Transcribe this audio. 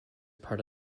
part